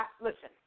Listen